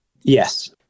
Yes